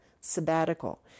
sabbatical